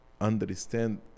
understand